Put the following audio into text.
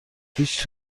هیچ